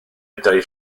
dau